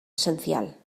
esencial